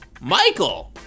Michael